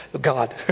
God